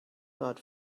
not